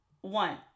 One